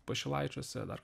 pašilaičiuose dar